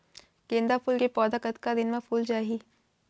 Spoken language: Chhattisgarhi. गेंदा फूल के पौधा कतका दिन मा फुल जाही?